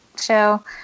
show